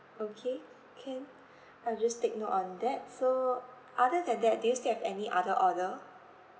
okay can I'll just take note on that so other than that do you still have any other order